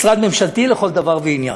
משרד ממשלתי לכל דבר ועניין.